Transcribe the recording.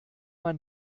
man